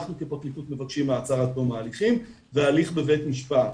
אנחנו כפרקליטות מבקשים מעצר עד תום ההליכים והליך בבית משפט.